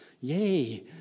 Yay